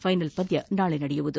final ಪಂದ್ಯ ನಾಳೆ ನಡೆಯಲಿದೆ